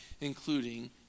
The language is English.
including